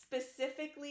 specifically